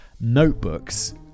notebooks